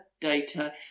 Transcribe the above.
data